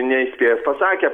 neįspėjęs pasakė